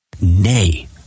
Nay